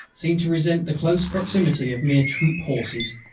seemed to resent the close proximity of mere troop horses.